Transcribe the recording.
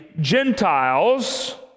Gentiles